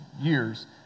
years